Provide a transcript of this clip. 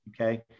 Okay